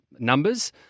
numbers